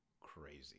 crazy